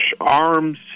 arms